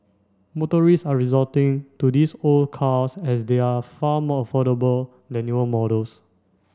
motorist are resorting to these old cars as they are far more affordable than newer models